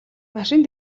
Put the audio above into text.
машин